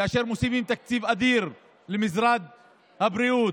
כאשר מוסיפים תקציב אדיר למשרד הבריאות,